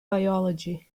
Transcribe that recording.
biology